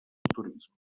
turisme